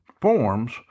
forms